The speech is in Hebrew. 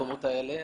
במקומות האלה,